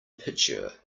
picture